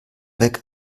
weg